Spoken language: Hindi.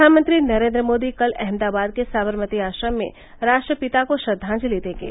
प्रधानमंत्री नरेन्द्र मोदी कल अहमदाबाद के सावरमती आश्रम में राष्ट्रपिता को श्रद्वांजलि देंगे